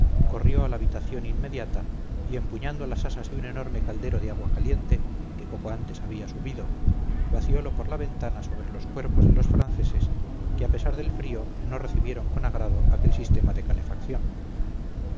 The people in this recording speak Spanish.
corrió a la habitación inmediata y empuñando las asas de un enorme caldero de agua caliente que poco antes había subido vaciolo por la ventana sobre los cuerpos de los franceses que a pesar del frío no recibieron con agrado aquel sistema de calefacción